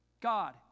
God